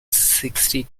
sixty